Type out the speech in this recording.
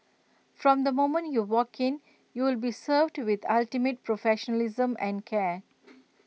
from the moment you walk in you would be served with ultimate professionalism and care